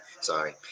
sorry